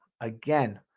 Again